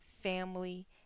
family